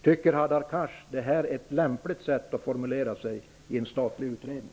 Tycker Hadar Cars att det här är ett lämpligt sätt att formulera sig i en statlig utredning?